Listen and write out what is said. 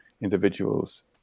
individuals